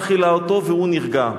מאכילה אותו והוא נרגע.